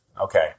Okay